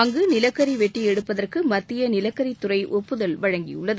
அங்கு நிலக்கரி வெட்டி எடுபப்பதற்கு மத்திய நிலக்கரித்துறை ஒப்புதல் வழங்கியுள்ளது